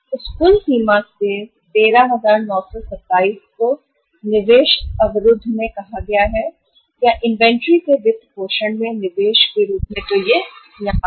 उस कुल सीमा से 13927 को अवरुद्ध में कहा गया है निवेश या इन्वेंट्री के वित्तपोषण में निवेश के रूप में तो यह यहाँ है